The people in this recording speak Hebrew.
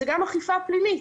זו גם אכיפה פלילית.